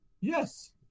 yes